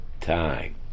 time